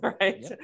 right